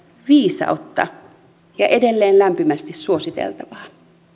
viisautta ja edelleen lämpimästi suositeltavaa